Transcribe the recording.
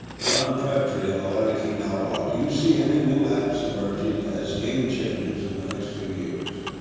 jon crabtree on the larry king now blog do you see any new apps emerging as game changers in the next few years?